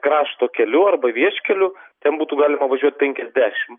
krašto keliu arba vieškeliu ten būtų galima važiuot penkiasdešimt